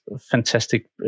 fantastic